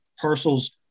parcels